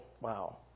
wow